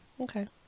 Okay